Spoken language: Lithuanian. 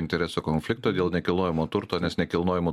interesų konflikto dėl nekilnojamo turto nes nekilnojamu